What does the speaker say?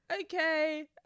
okay